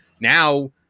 Now